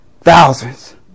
thousands